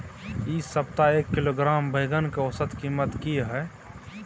इ सप्ताह एक किलोग्राम बैंगन के औसत कीमत की हय?